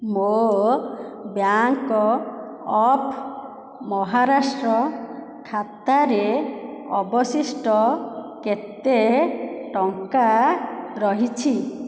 ମୋ' bank of Maharashtra ଖାତାରେ ଅବଶିଷ୍ଟ କେତେ ଟଙ୍କା ରହିଛି